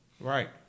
Right